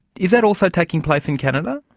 is that also taking place in canada?